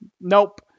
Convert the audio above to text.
Nope